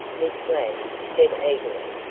miss ladd said eagerly.